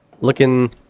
looking